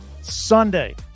Sunday